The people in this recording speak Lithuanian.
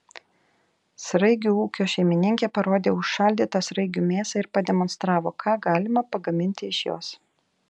sraigių ūkio šeimininkė parodė užšaldytą sraigių mėsą ir pademonstravo ką galima pagaminti iš jos